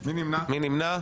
מי נמנע?